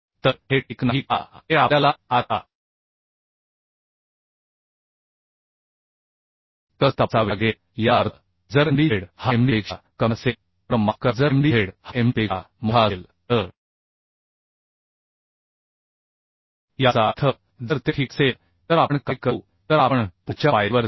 तर हे ठीक नाही का हे आपल्याला आत्ता कसे तपासावे लागेल याचा अर्थ जर mdz हा md पेक्षा कमी असेल तर माफ करा जर mdz हा md पेक्षा मोठा असेल तर याचा अर्थ जर ते ठीक असेल तर आपण काय करू तर आपण पुढच्या पायरीवर जाऊ